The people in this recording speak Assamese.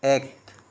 এক